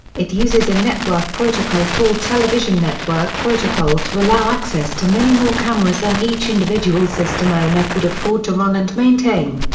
it uses a network protocol called television network network protocol to allow access to many more cameras than each individual system owner could afford to run and maintain.